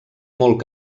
molt